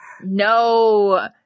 No